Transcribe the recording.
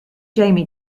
jamie